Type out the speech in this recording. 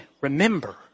remember